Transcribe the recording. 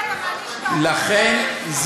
אתה מעניש את ההורים,